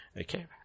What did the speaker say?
Okay